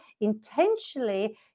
intentionally